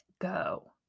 go